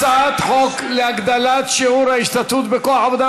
הצעת חוק להגדלת שיעור ההשתתפות בכוח העבודה